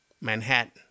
Manhattan